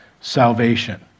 salvation